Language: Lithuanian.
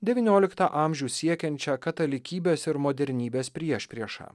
devynioliktą amžių siekiančią katalikybės ir modernybės priešpriešą